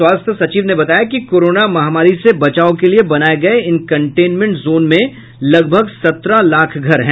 स्वास्थ्य सचिव ने बताया कि कोरोना महामारी से बचाव के लिये बनाये गये इन कंटेनमेंट जोनों में लगभग सत्रह लाख घर हैं